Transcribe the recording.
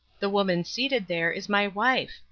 the woman seated there is my wife.